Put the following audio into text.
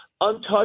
untouched